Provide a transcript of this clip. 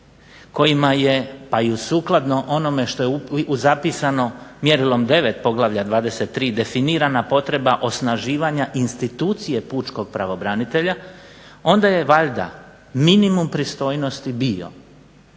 kojima je pa i sukladno onome što je zapisano mjerilom 9 poglavlja 23. definirana potreba osnaživanja institucije pučkog pravobranitelja onda je valjda minimum pristojnosti bio